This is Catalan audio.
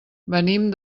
venim